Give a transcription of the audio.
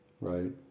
right